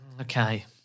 Okay